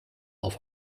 auf